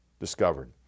discovered